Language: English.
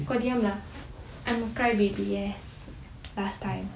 kau diam lah I'm a cry baby yes last time